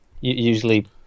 Usually